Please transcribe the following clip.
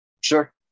Sure